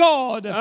God